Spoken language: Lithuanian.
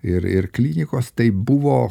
ir ir klinikos taip buvo